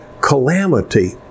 calamity